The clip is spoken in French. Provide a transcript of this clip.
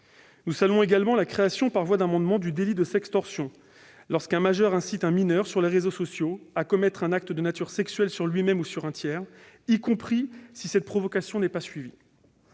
Nous saluons également la création, par voie d'amendement, du délit de « sextorsion », lorsqu'un majeur incite un mineur, sur les réseaux sociaux, à commettre un acte de nature sexuelle sur lui-même ou sur un tiers, y compris si cette provocation n'est pas suivie.